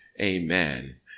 Amen